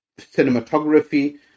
cinematography